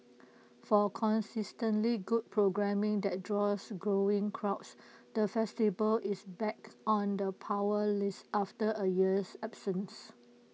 for consistently good programming that draws growing crowds the festival is back on the power list after A year's absence